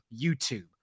YouTube